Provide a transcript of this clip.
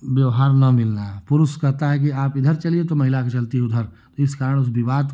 व्यवहार न मिल रहा है पुरुष कहता है कि आप इधर चलिए तो महिला चलती है उधर इस कारण विवाद